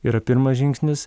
yra pirmas žingsnis